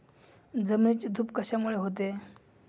जमिनीची धूप कशामुळे होते?